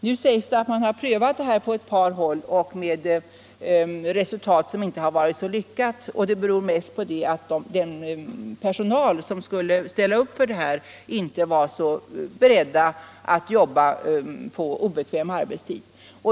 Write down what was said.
Nu sägs det att man har prövat detta på ett par håll men att resultatet inte har varit så lyckat. Detta beror emellertid huvudsakligen på att den personal som skulle ställa upp i denna jourtjänst var negativ till att arbeta på obekväm arbetstid.